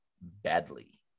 badly